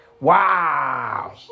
Wow